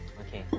okay.